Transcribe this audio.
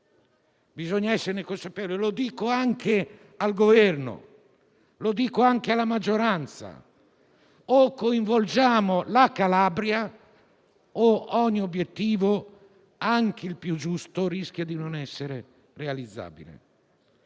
bisogna esserne consapevoli. Lo dico anche al Governo e alla maggioranza: se non coinvolgiamo la Calabria, ogni obiettivo, anche il più giusto, rischia di non essere realizzabile.